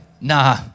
nah